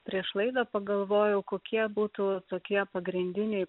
prieš laidą pagalvojau kokie būtų tokie pagrindiniai